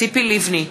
ציפי לבני,